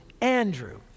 Andrew